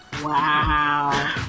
Wow